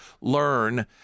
learn